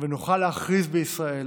ונוכל להכריז בישראל